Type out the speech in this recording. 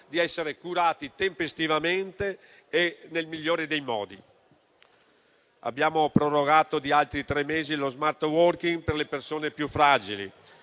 di essere curati tempestivamente e nel migliore dei modi. Abbiamo prorogato di altri tre mesi lo *smart working* per le persone più fragili.